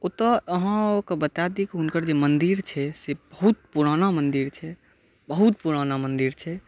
ओतऽ अहाँके बता दी जे हुनकर जे मन्दिर छै से बहुत पुराना मन्दिर छै बहुत पुराना मन्दिर छै